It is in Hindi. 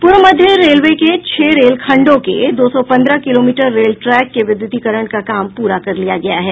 पूर्व मध्य रेल के छह रेलखंडों के दो सौ पंद्रह किलोमीटर रेल ट्रैक के विद्युतीकरण का काम पूरा कर लिया गया है